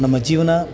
ನಮ್ಮ ಜೀವನ